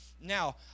now